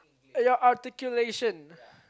your articulation